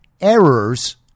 errors